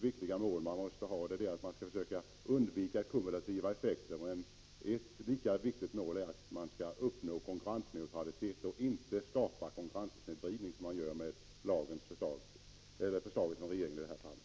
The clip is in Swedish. viktiga mål. Det ena är att man skall försöka undvika kumulativa effekter. Det andra, lika viktiga målet, är att man skall uppnå konkurrensneutralitet och inte skapa en sådan konkurrenssnedvridning som man i detta fall gör med regeringens förslag.